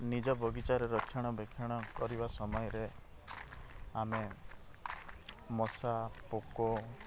ନିଜ ବଗିଚାର ରକ୍ଷଣବେକ୍ଷଣ କରିବା ସମୟରେ ଆମେ ମଶା ପୋକ